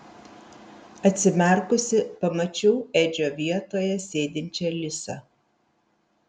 atsimerkusi pamačiau edžio vietoje sėdinčią lisą